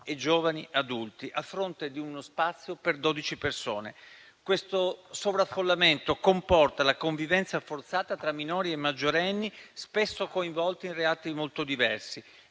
e giovani adulti, a fronte di uno spazio per 12 persone, e questo sovraffollamento comporta la convivenza forzata tra minori e maggiorenni, spesso coinvolti in reati molto diversi.